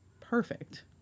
perfect